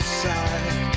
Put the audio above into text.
side